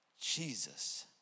Jesus